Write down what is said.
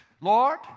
Lord